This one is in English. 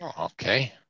okay